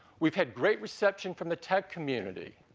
we've had great reception from the tech community.